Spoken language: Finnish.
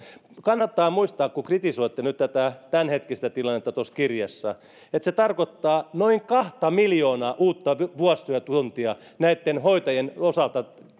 kannattaa muistaa kun kritisoitte nyt tätä tämänhetkistä tilannetta tuossa kirjassa että se tarkoittaa noin kahta miljoonaa uutta vuosityötuntia näitten hoitajien osalta